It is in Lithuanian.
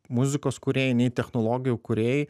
muzikos kūrėjai nei technologijų kūrėjai